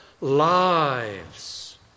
lives